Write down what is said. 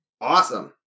Awesome